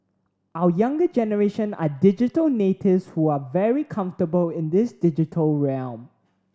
our younger generation are digital natives who are very comfortable in this digital realm